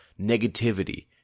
negativity